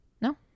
No